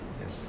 Yes